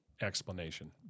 explanation